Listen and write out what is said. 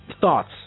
thoughts